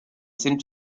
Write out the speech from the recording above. seemed